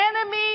enemy